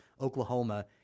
Oklahoma